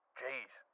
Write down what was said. jeez